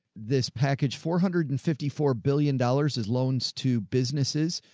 this package, four hundred and fifty four billion dollars is loans to businesses.